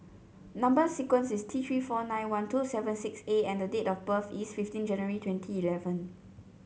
number sequence is T Three four nine one two seven six A and date of birth is fifteen January twenty eleven